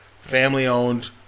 family-owned